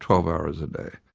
twelve hours a day.